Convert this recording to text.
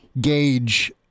gauge